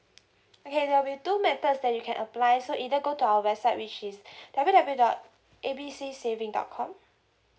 okay ya there'll be two methods that you can apply so either go to our website which is W_W_W dot A B C saving dot com